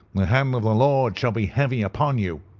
the hand of the lord shall be heavy upon you,